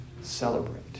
celebrate